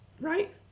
Right